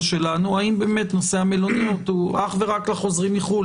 שלנו האם נושא המלוניות אך ורק לחוזרים מחו"ל.